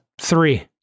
three